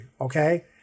okay